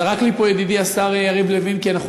זרק לי פה ידידי השר יריב לוין שאנחנו